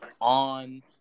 on